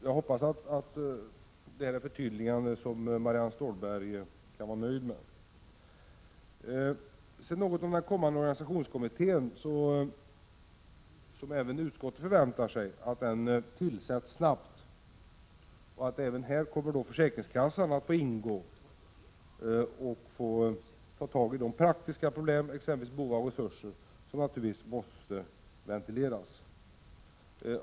Jag hoppas att Marianne Stålberg kan vara nöjd med detta förtydligande. Beträffande organisationskommittén förväntar sig även utskottet att den tillsätts snabbt och att en representant för försäkringskassan kommer att ingå i den och då ta tag i de praktiska problem, såsom bohag och resurser, som naturligtvis måste ventileras.